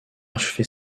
achevé